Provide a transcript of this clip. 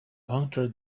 puncture